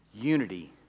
Unity